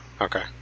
okay